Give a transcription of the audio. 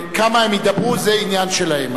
כמה הם ידברו, זה עניין שלהם.